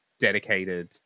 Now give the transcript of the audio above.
dedicated